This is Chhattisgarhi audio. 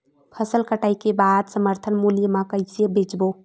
फसल कटाई के बाद समर्थन मूल्य मा कइसे बेचबो?